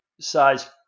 size